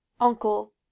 Uncle